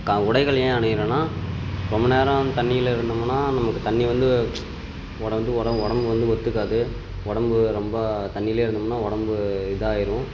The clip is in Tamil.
கா உடைகள் ஏன் அணிகிறோன்னா ரொம்ப நேரம் தண்ணியில் இருந்தோம்னா நமக்குத் தண்ணி வந்து ஒட வந்து உடம்ப னாடம்பு வந்து ஒத்துக்காது உடம்பு ரொம்ப தண்ணியிலேயே இருந்தம்னா உடம்பு இதாகிரும்